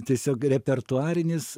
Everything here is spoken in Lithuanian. tiesiog repertuarinis